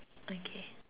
okay